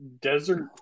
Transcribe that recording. desert